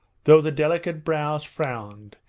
though the delicate brows frowned,